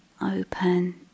open